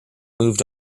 moved